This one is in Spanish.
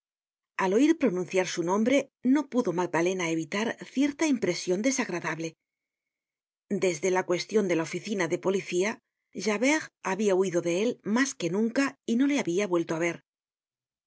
al oir pronunciar su nombre no pudo magdalena evitar cierta impresion desagradable desde la cuestion de la oficina de policía javert habia huido de él mas que nunca y no le habia vuelto á ver